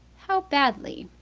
how badly?